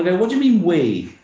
yeah what do you mean we?